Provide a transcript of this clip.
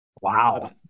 Wow